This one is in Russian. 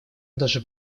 даже